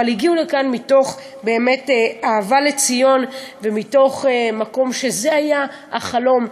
אבל הגיעו לכאן מתוך אהבה לציון ומתוך מקום שהיה החלום.